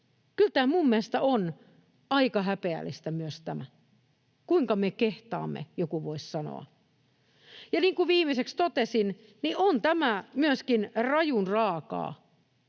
myös tämä minun mielestäni on aika häpeällistä. Kuinka me kehtaamme, joku voisi sanoa. Niin kuin viimeiseksi totesin, on tämä myöskin rajun raakaa